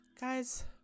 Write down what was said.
Guys